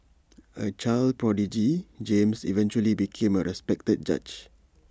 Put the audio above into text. A child prodigy James eventually became A respected judge